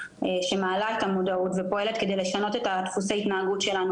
שהיא מעלה את המודעות ופועלת כדי לשנות את דפוסי ההתנהגות שלנו